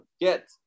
get